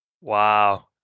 Wow